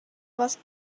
was